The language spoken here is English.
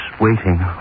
waiting